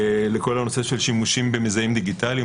לכל הנושא של שימושים במזהים דיגיטליים,